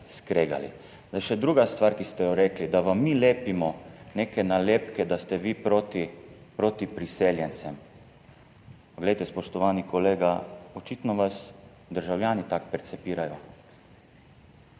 skregali. Še druga stvar, ki ste jo rekli, da vam mi lepimo neke nalepke, da ste vi proti priseljencem. Spoštovani kolega, očitno vas državljani tako percipirajo.